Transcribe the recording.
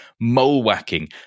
mole-whacking